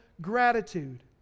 gratitude